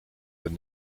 when